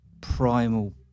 primal